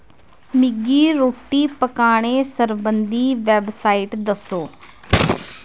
मिगी रुट्टी पकाने सरबंधी बैवसाइट दस्सो